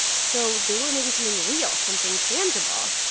so they were making something real, something tangible.